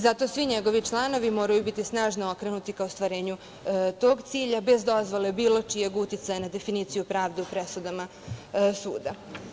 Zato svi njegovi članovi moraju biti snažno okrenuti ka ostvarenju tog cilja, bez dozvole bilo čijeg uticaja na definiciju pravde u presudama suda.